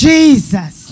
Jesus